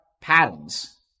patterns